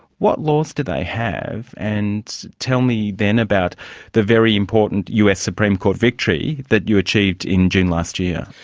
what laws do they have and tell me then about the very important us supreme court victory that you achieved in june last year.